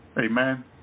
Amen